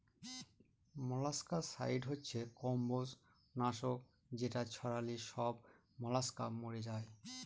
molluscicide হচ্ছে কম্বজ নাশক যেটা ছড়ালে সব মলাস্কা মরে যায়